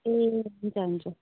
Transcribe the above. ए हुन्छ हुन्छ